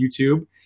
YouTube